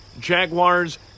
Jaguars